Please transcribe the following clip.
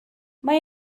mae